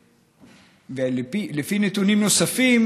לפי נתונים נוספים